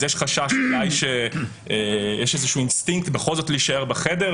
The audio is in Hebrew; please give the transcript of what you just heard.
קיים חשש שיש איזה אינסטינקט בכל זאת להישאר בחדר,